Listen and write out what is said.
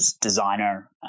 designer